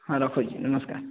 ହଁ ରଖୁଛି ନମସ୍କାର